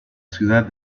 ciudad